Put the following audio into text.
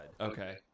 okay